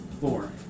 Four